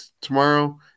tomorrow